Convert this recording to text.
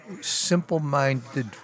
simple-minded